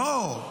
לא.